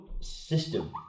system